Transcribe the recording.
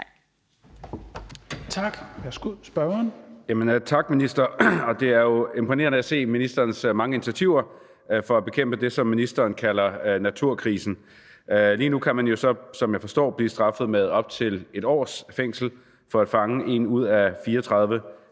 Marcus Knuth (KF): Tak, minister. Det er jo imponerende at se ministerens mange initiativer for at bekæmpe det, som ministeren kalder naturkrisen. Lige nu kan man jo så, som jeg forstår det, blive straffet med op til 1 års fængsel for at fange 1 ud af 34 danske